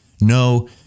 no